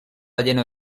lleno